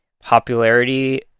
popularity